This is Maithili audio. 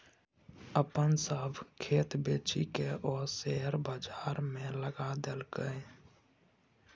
अपन सभ खेत बेचिकए ओ शेयर बजारमे लगा देलकै